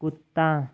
कुत्ता